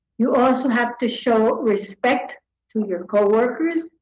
you also have to show respect to your co-workers,